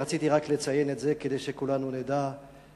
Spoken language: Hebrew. רציתי רק לציין את זה, כדי שכולנו נדע שהיום,